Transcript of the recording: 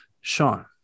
Sean